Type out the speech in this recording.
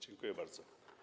Dziękuję bardzo.